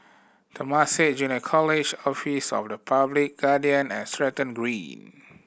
Temasek Junior College Office of the Public Guardian and Stratton Green